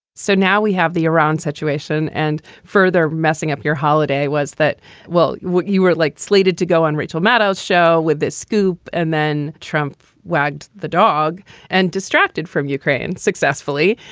so now we have the iran situation and further messing up your holiday, was that well, what you were like slated to go on rachel maddow show with this scoop and then trump wagged the dog and distracted from ukraine successfully.